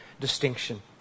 distinction